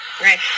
right